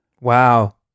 Wow